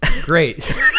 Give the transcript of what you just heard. Great